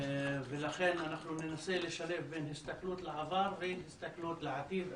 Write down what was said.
לכן אנחנו ננסה לשלב בין הסתכלות על העבר לבין הסתכלות על העתיד.